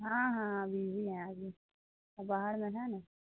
ہاں ہاں ابھی بھی ہیں آگے باہر میں ہے نا